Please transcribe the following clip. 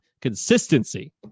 consistency